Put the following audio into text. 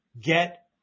Get